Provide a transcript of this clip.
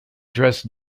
dressed